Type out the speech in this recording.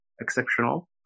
exceptional